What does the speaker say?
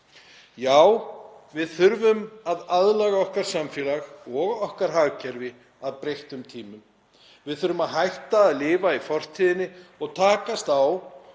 Já, við þurfum að aðlaga okkar samfélag og okkar hagkerfi að breyttum tímum. Við þurfum að hætta að lifa í fortíðinni og takast á